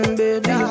baby